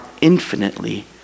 infinitely